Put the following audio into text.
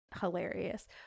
hilarious